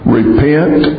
repent